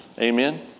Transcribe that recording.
Amen